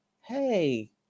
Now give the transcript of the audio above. hey